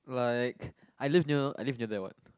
like I live near I live near there what